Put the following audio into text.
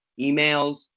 emails